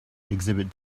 exhibit